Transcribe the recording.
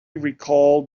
recalled